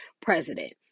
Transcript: president